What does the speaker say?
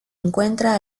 encuentra